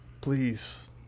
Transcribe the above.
Please